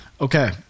Okay